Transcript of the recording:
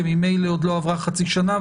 כי ממילא עוד לא עברה חצי שנה,